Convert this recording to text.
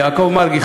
יעקב מרגי,